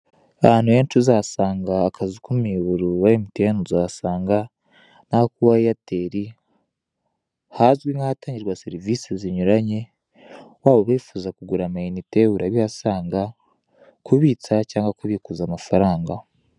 Ahantu henshi uzasanga akazu k'umuyoboro wa MTN uzahasanga nakuwa eyateri, ahazwi nkahatangirwa serivisi zinyuranye waba wivuza kugura ama inite urabihasanga kubitsa cyangwa kubikuza amafaranga.